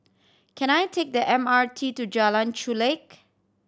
can I take the M R T to Jalan Chulek